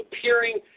appearing